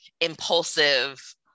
impulsive